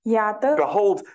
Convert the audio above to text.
Behold